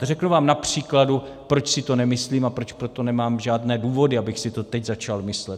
Řeknu vám na příkladu, proč si to nemyslím a proč pro to nemám žádné důvody, abych si to teď začal myslet.